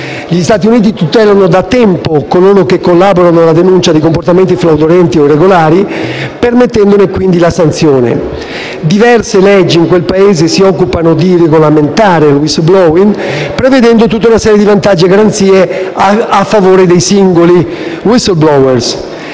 Gli Stati Uniti tutelano da tempo coloro che collaborano alla denuncia di comportamenti fraudolenti o irregolari, permettendone quindi la sanzione. Diverse leggi americane si occupano di regolamentare il *whistleblowing*, prevedendo tutta una serie di vantaggi e garanzie a favore dei singoli *whistleblower*;